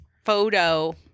Photo